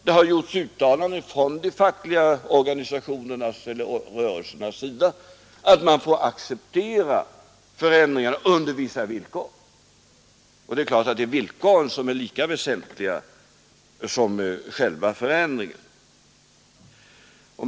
Det har gjorts uttalanden från de fackliga rörelsernas sida att man får acceptera förändringarna under vissa villkor. Det är klart att villkoren är lika väsentliga som själva förändringarna.